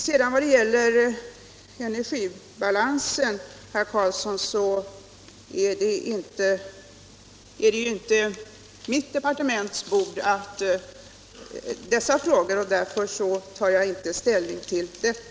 Frågorna om energibalansen är inte mitt departements bord, herr Carlsson, därför tar jag inte ställning till dem.